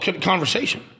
conversation